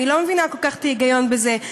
אני לא מבינה כל כך את ההיגיון בזה.